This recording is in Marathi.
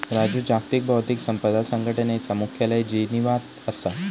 राजू जागतिक बौध्दिक संपदा संघटनेचा मुख्यालय जिनीवात असा